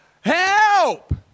Help